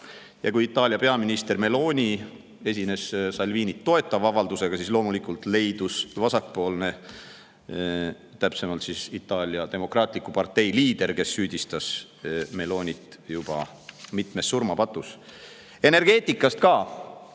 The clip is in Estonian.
Ja kui Itaalia peaminister Meloni esines Salvinit toetava avaldusega, siis loomulikult leidus vasakpoolne, täpsemalt Itaalia Demokraatliku Partei liider, kes süüdistas Melonit mitmes surmapatus. Energeetikast ka.